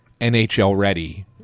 NHL-ready